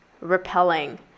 repelling